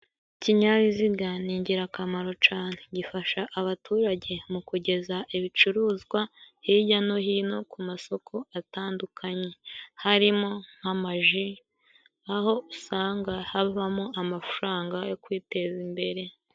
Ikinyabiziga ni ingirakamaro cane gifasha abaturage mu kugeza ibicuruzwa hirya no hino ku masoko atandukanye, harimo nk'amaji aho usanga havamo amafaranga yo kwiteza imbere.